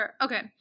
Okay